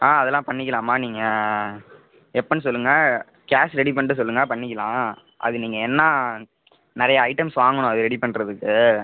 ஆ அதெல்லாம் பண்ணிக்கலாம்மா நீங்கள் எப்படின்னு சொல்லுங்கள் கேஷ் ரெடி பண்ணிவிட்டு சொல்லுங்கள் பண்ணிக்கலாம் அது நீங்கள் என்ன நிறைய ஐட்டம்ஸ் வாங்கணும் அதை ரெடி பண்ணுறதுக்கு